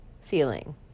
feeling